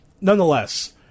nonetheless